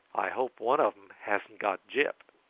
i hope one of em hasn't got gyp.